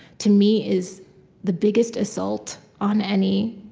to me, is the biggest assault on any